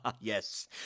Yes